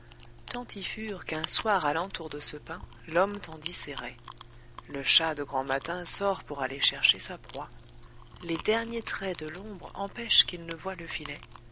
tant y furent qu'un soir à l'entour de ce pin l'homme tendit ses rets le chat de grand matin sort pour aller chercher sa proie les derniers traits de l'ombre empêchent qu'il ne voie le filet